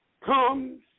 comes